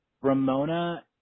Ramona